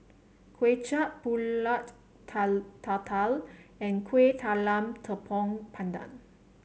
Kway Chap pulut Tatal and Kueh Talam Tepong Pandan